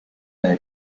blei